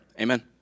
Amen